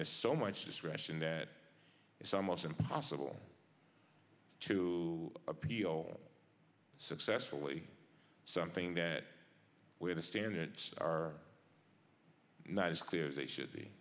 there's so much discretion that it's almost impossible to appeal successfully something that way the standards are not as clear as they should be